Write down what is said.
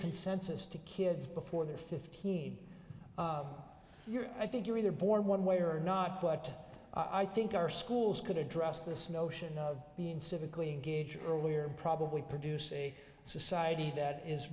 consensus to kids before they're fifty heed your i think you're either born one way or not but i think our schools could address this notion of being civically engaged earlier probably produce a society that is